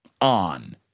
on